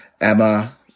Emma